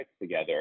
together